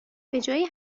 بجای